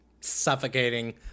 suffocating